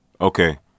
Okay